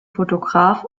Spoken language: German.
fotograf